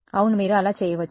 అవును మీరు అలా చేయవచ్చు